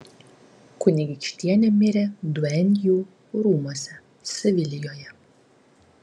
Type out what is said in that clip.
kunigaikštienė mirė duenjų rūmuose sevilijoje